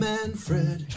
Manfred